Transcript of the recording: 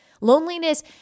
Loneliness